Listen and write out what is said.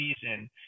season